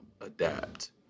adapt